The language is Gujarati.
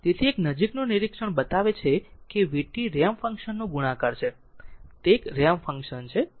તેથી એક નજીકનું નિરીક્ષણ દર્શાવે છે કે v t રેમ્પ ફંક્શન નું ગુણાકાર છે તે એક રેમ્પ ફંક્શન છે